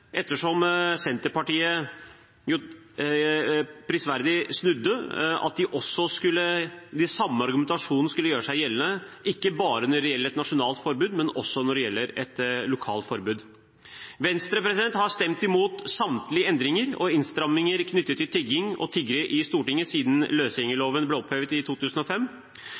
også skulle gjøre seg gjeldende, ikke bare for et nasjonalt forbud, men også for et lokalt forbud. Venstre har i Stortinget stemt imot samtlige endringer og innstramminger knyttet til tigging og tiggere siden løsgjengerloven ble opphevet i 2005.